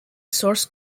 source